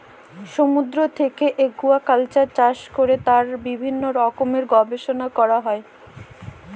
সমুদ্র থেকে একুয়াকালচার চাষ করে তার বিভিন্ন রকমের গবেষণা করা হয়